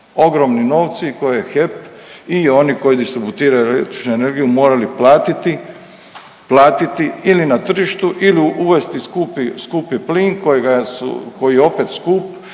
ogromni novci koje je HEP i oni koji distribuiraju električnu energiju morali platiti, platiti ili na tržištu ili uvesti skupi, skupi plin kojega su,